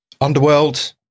Underworld